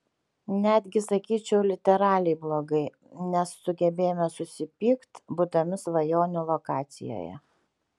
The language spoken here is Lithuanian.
netgi sakyčiau literaliai blogai nes sugebėjome susipykt būdami svajonių lokacijoje